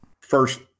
First